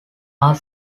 are